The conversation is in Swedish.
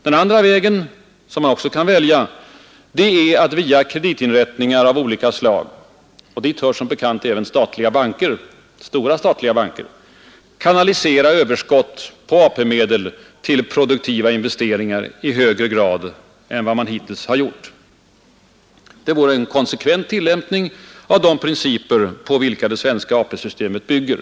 Den andra vägen som man också kan välja är att via kreditinrättningar av olika slag — och dit hör som bekant även stora statliga banker — kanalisera överskott på AP-medel till produktiva investeringar i högre grad än man hittills har gjort. Det vore en konsekvent tillämpning av de principer på vilka det svenska AP-systemet bygger.